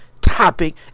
topic